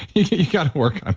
you've got to work